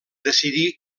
decidir